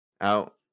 Out